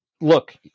look